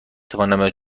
توانم